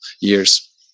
years